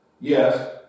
Yes